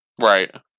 Right